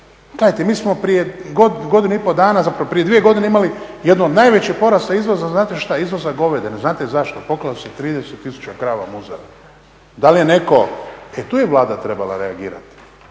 Gledajte, mi smo prije godinu i pol dana, zapravo prije dvije godine imali jedan od najvećih porasta izvoza. Znate šta? Izvoza govedine. Znate zašto? Poklalo se 30000 krava muzara. Da li je netko, e tu je Vlada trebala reagirati